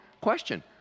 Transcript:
question